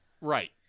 Right